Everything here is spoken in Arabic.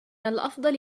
الأفضل